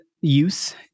use